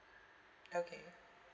okay